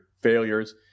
failures